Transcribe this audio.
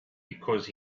because